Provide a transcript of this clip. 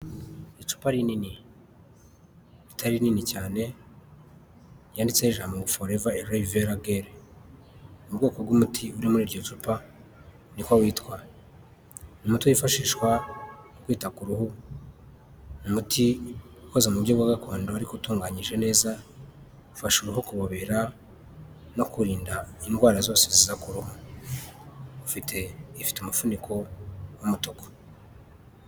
Icupa rinini, ritari rinini cyane ryanditseho ijambo Forever Aloe Vera Gel ni ubwoko bw'umuti uri muri iryo cupa niko witwa. Ni umuti wifashishwa kwita ku ruhu n’umuti ukozwe mu buryo bwa gakondo ariko utunganyije neza ufasha uruhu kubobera no kurinda indwara zose ziza ku ruhu ufite umufuniko w'umutuku.